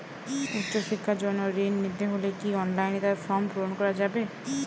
উচ্চশিক্ষার জন্য ঋণ নিতে হলে কি অনলাইনে তার ফর্ম পূরণ করা যাবে?